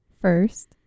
first